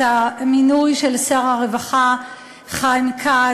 את המינוי של שר הרווחה חיים כץ,